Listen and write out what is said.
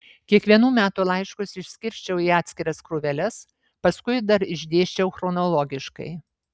kiekvienų metų laiškus išskirsčiau į atskiras krūveles paskui dar išdėsčiau chronologiškai